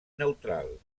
neutral